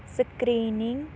screening